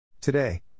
Today